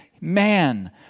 man